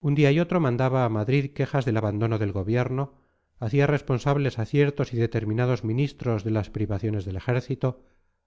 un día y otro mandaba a madrid quejas del abandono del gobierno hacía responsables a ciertos y determinados ministros de las privaciones del ejército